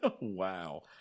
Wow